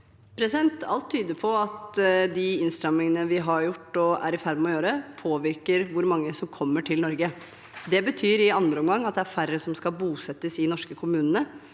Alt tyder på at de innstrammingene vi har gjort, og er i ferd med å gjøre, påvirker hvor mange som kommer til Norge. Det betyr i andre omgang at det er færre som skal bosettes i norske kommuner,